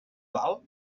val